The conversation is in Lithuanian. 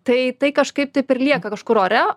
tai tai kažkaip taip ir lieka kažkur ore